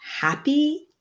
happy